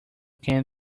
can